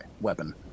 weapon